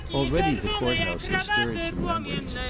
already the court-house had stirred some memories.